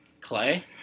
Clay